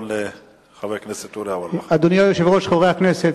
חברי הכנסת,